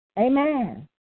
Amen